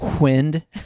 Wind